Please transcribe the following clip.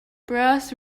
brass